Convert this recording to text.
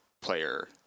player